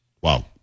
Wow